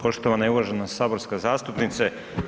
Poštovana uvažena saborska zastupnice.